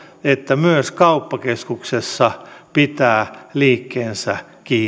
että myös kauppakeskuksessa pitää liikkeensä kiinni en tiedä